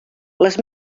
les